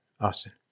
Austin